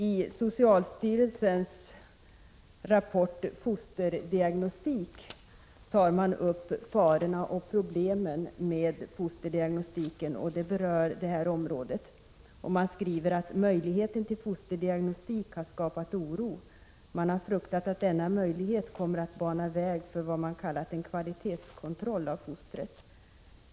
I socialstyrelsens rapport Fosterdiagnostik tar man upp farorna och problemen med fosterdiagnostiken — och det berör det område vi nu diskuterar. Man skriver i rapporten: ”Möjligheten till fosterdiagnostik har skapat oro. Man har fruktat att denna möjlighet kommer att bana väg för vad man kallat en kvalitetskontroll av fostret.